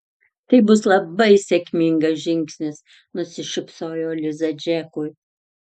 tai bus labai sėkmingas žingsnis nusišypsojo liza džekui